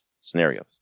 scenarios